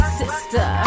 sister